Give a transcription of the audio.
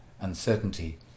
uncertainty